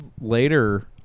later